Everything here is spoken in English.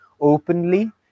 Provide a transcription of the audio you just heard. openly